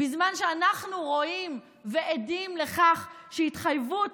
בזמן שאנחנו רואים ועדים לכך שהתחייבות